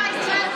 ישראל ביתנו.